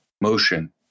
motion